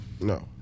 No